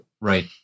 Right